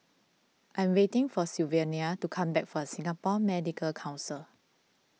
I am waiting for Sylvania to come back from Singapore Medical Council